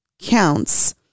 counts